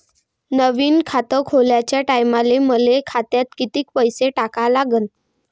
नवीन खात खोलाच्या टायमाले मले खात्यात कितीक पैसे टाका लागन?